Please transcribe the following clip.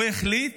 הוא החליט